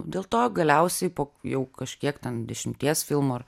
dėl to galiausiai po jau kažkiek ten dešimties filmų ar